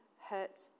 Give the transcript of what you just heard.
hurt